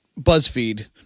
BuzzFeed